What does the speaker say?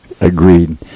agreed